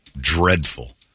dreadful